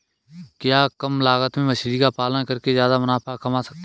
क्या कम लागत में मछली का पालन करके ज्यादा मुनाफा कमा सकते हैं?